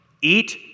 Eat